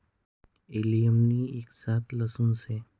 allium नि एक जात लहसून शे